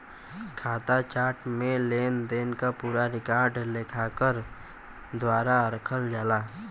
खाता चार्ट में लेनदेन क पूरा रिकॉर्ड लेखाकार द्वारा रखल जाला